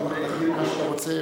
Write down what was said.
תחליט מה שאתה רוצה,